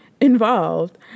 involved